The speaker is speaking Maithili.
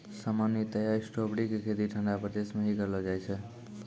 सामान्यतया स्ट्राबेरी के खेती ठंडा प्रदेश मॅ ही करलो जाय छै